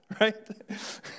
right